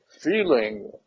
feeling